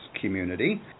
community